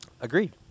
Agreed